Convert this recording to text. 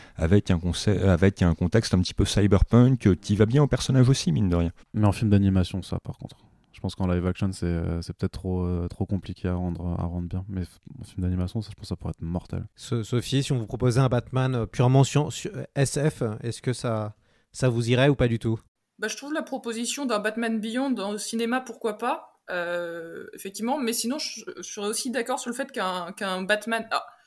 Avec un conseil- avec un contexte un petit peu cyberpunk, euh, qui va bien au personnage aussi, mine de rien. Mais en film d'animation, ça, par contre. Je pense qu'en live action, c'est, euh, c'est peut-être trop, euh, trop compliqué à rendre- à rendre bien. Mais f- en film d'animation, ça, je pense que ça pourrait être mortel. So- Sophie, si on vous proposait un Batman, euh, purement sci- sci- euh, SF, est-ce que ça- ça vous irait ou pas du tout ? Bah, je trouve la proposition d'un Batman Beyond en cinéma, pourquoi pas ? Euh, effectivement, mais sinon, je- je serais aussi d'accord sur le fait qu'un- qu'un Batman- Ah !